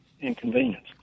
inconvenience